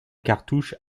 cartouche